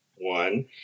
one